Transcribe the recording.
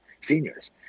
seniors